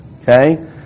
Okay